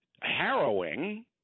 harrowing